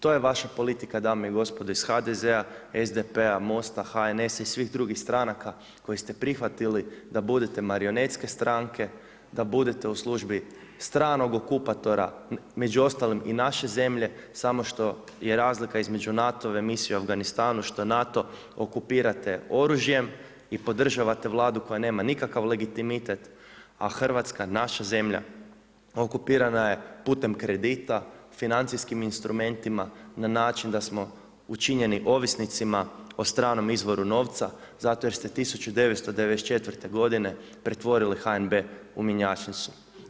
To je vaša politika dame i gospodo iz HDZ-a, SDP-a Mosta, HNS-a i svih drugih stranaka, jer ste prihvatili da budete marionetske stranke, da budete u službi stranog okupatora, među ostalim i naše zemlje, samo što je razlika između NATO i misije u Afganistanu, što NATO okupirate oružjem i podržavate Vladu koja nema nikakav legitimitet, a Hrvatska naša zemlja, okupirana je putem kredita, financijskim instrumentima, na način da smo učinjeni ovisnicima o stranom izvoru novca, zato jer ste 1994 g. pretvorili HNB u mjenjačnicu.